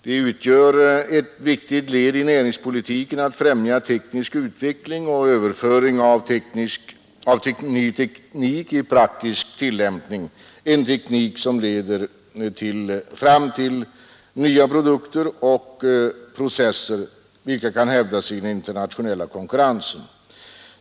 Det utgör ett viktigt led i näringspolitiken för att främja teknisk utveckling och överföring av ny teknik till praktisk tillämpning — en teknik som leder fram till nya produkter och processer som kan hävda sig i den internationella konkurrensen.